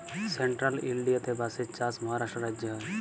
central ইলডিয়াতে বাঁশের চাষ মহারাষ্ট্র রাজ্যে হ্যয়